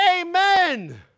Amen